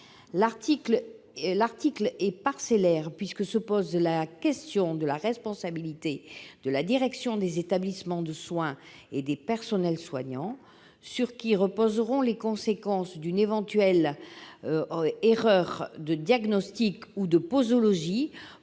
l'article est lui-même parcellaire, puisque se pose la question de la responsabilité de la direction des établissements de soins et des personnels soignants. Sur qui reposeront les conséquences d'une éventuelle erreur de diagnostic ou de posologie